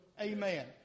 Amen